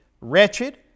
wretched